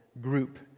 group